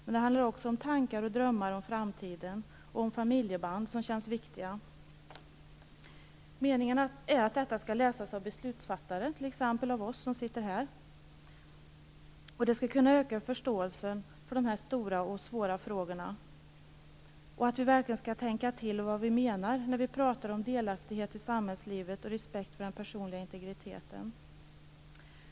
Men det handlar också om tankar och drömmar om framtiden och om familjeband som känns viktiga. Meningen är att detta skall läsas av beslutsfattare, t.ex. av oss som sitter här. Det skall kunna öka förståelsen för de här stora och svåra frågorna. Avsikten är att vi verkligen skall tänka till på vad vi menar när vi pratar om delaktighet i samhällslivet och respekt för den personliga integriteten.